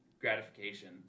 gratification